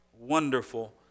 wonderful